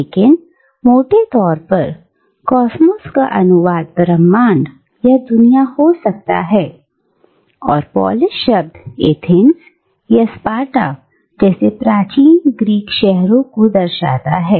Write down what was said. लेकिन मोटे तौर पर कॉसमॉस का अनुवाद ब्रह्मांड या दुनिया हो सकता है और पोलीस शब्द एथेंस या स्पार्टा जैसे प्राचीन ग्रीक शहरों को दर्शाता है